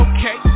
Okay